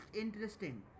interesting